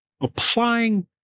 applying